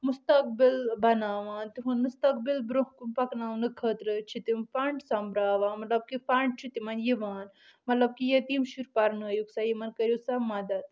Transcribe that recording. مستقبٕل بناوان تہنٛد مستقبٕل برونٛہہ کُن پکناوانہٕ خٲطرٕ چھِ تِم فنٛڈ سۄمبراوان مطلب کہِ فنٛڈ چھُ تِمن یِوان مطلب کہِ یتیٖم شُرۍ پرنٲیُکھ سا یِمن کٔرو سا مدد